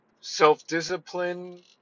self-discipline